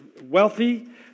wealthy